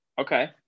Okay